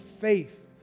faith